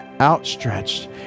outstretched